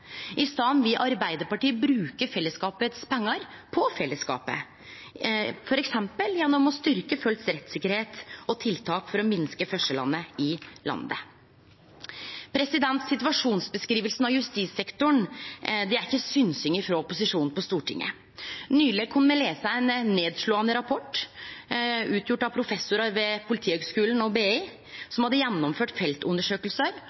I staden vil Arbeidarpartiet bruke pengane til fellesskapet på fellesskapet, f.eks. gjennom å styrkje rettssikkerheita til folk og tiltak for å minske forskjellane i landet. Situasjonsbeskrivinga av justissektoren er ikkje synsing frå opposisjonen på Stortinget. Nyleg kunne me lese ein nedslåande rapport laga av professorar ved Politihøgskulen og